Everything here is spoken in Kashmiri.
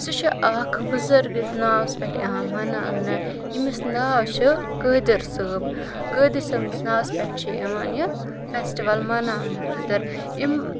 سُہ چھِ اَکھ بُزَرگس ناوَس پٮ۪ٹھ یِوان مَناونہٕ یٔمِس ناو چھُ قٲدِر صٲب قٲدِر صٲبنِس ناوَس پٮ۪ٹھ چھِ یِوان یہِ فیسٹٕوَل مَناونہٕ خٲطرٕ یِم